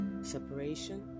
separation